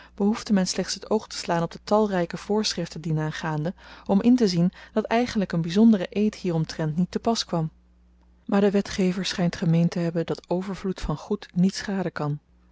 behoefde men slechts het oog te slaan op de talryke voorschriften dienaangaande om intezien dat eigenlyk een byzondere eed hieromtrent niet te pas kwam maar de wetgever schynt gemeend te hebben dat overvloed van goed niet schaden kan